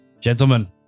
Gentlemen